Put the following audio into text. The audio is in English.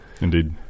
Indeed